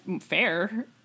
fair